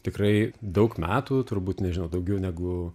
tikrai daug metų turbūt nežinau daugiau negu